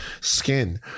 skin